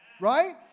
right